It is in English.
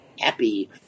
happy